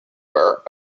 burr